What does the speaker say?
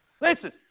Listen